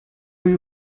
you